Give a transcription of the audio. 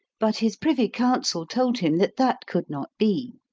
but his privy council told him that that could not be.